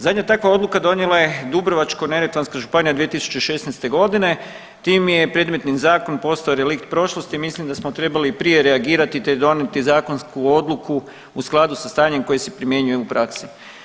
Zadnja takva odluka donijela je Dubrovačko-neretvanska županija 2016.g. time je predmetni zakon postao relikt prošlosti i mislim da smo trebali i prije reagirati te donijeti zakonsku odluku u skladu sa stanjem koje se primjenjuje u praksi.